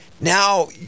now